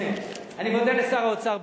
אני מודה לשר האוצר,